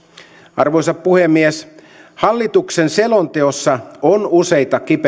arvoisa puhemies hallituksen selonteossa on useita kipeitä